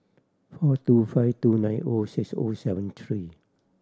four two five two nine O six O seven three